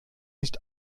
nicht